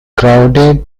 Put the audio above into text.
crowded